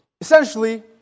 Essentially